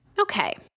okay